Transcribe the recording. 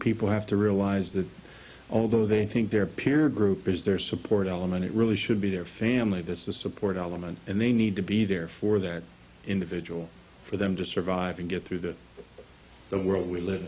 people have to realize that although they think their peer group is their support element it really should be their family that's the support element and they need to be there for that individual for them to survive and get through that the world we live